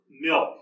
milk